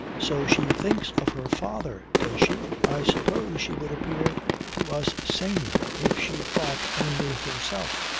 so she thinks of her father does she? i suppose she would appear to us saner if she thought only of herself.